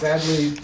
Sadly